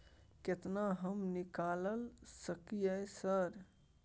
केतना हम निकाल सकलियै सर?